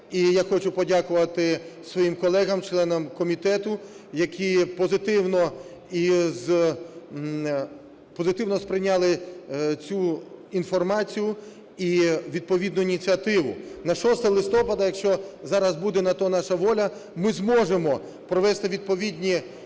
І я хочу подякувати своїм колегам членам комітету, які позитивно із… позитивно сприйняли цю інформацію і, відповідно, ініціативу. На 6 листопада, якщо зараз буде на то наша воля, ми зможемо провести відповідні